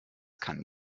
kann